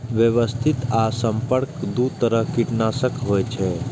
व्यवस्थित आ संपर्क दू तरह कीटनाशक होइ छै